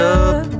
up